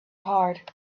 heart